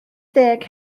deg